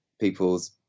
people's